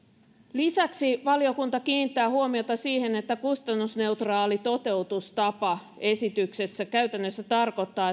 lisäksi valiokunta kiinnittää huomiota siihen että kustannusneutraali toteutustapa esityksessä käytännössä tarkoittaa